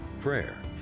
prayer